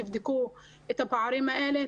תבדקו את הפערים האלה.